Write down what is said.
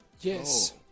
yes